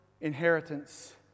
inheritance